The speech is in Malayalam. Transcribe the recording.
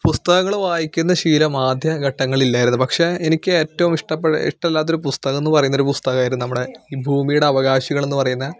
പുസ്തകങ്ങള് വായിക്കുന്ന ശീലം ആദ്യഘട്ടങ്ങളിൽ ഇല്ലായിരുന്നു പക്ഷേ എനിക്കേറ്റവും ഇഷ്ട്ടപ്പെട്ട ഇഷ്ടമില്ലാത്തൊരു പുസ്തകം എന്ന് പറയുന്നത് ഒരു പുസ്തകമായിരുന്നു നമ്മുടെ ഈ ഭൂമീയുടെ അവകാശികൾ എന്ന് പറയുന്ന